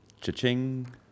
Cha-ching